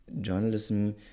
journalism